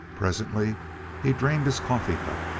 presently he drained his coffee cup,